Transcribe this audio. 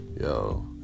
Yo